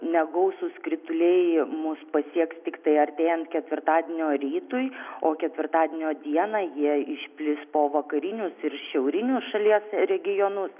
negausūs krituliai mus pasieks tiktai artėjant ketvirtadienio rytui o ketvirtadienio dieną jie išplis po vakarinius ir šiaurinius šalies regionus